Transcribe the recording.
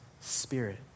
Spirit